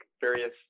various